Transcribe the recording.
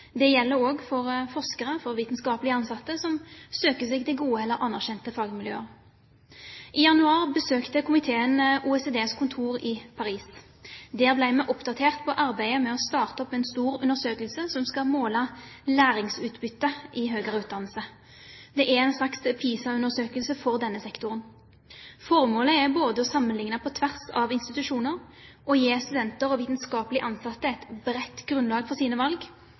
Det gjelder også for forskere, for vitenskapelig ansatte, som søker seg til gode eller anerkjente fagmiljøer. I januar besøkte komiteen OECDs kontor i Paris. Der ble vi oppdatert på arbeidet med å starte opp en stor undersøkelse som skal måle læringsutbyttet i høyere utdanning. Det er en slags PISA-undersøkelse for denne sektoren. Formålet er å sammenligne på tvers av institusjoner, å gi studenter og vitenskapelig ansatte et bredt grunnlag for sine valg,